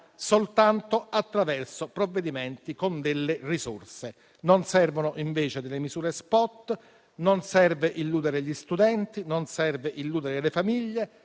soltanto attraverso provvedimenti che prevedano risorse. Non servono misure *spot*, non serve illudere gli studenti, non serve illudere le famiglie,